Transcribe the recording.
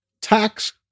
tax